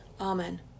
Amen